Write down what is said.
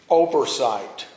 oversight